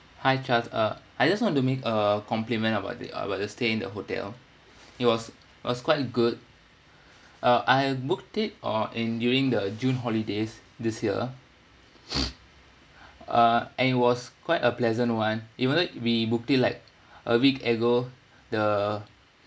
hi charles uh I just want to make a compliment about the uh about the stay in the hotel it was it was quite good uh I've booked it or in during the june holidays this year uh and it was quite a pleasant one even though we booked it like a week ago the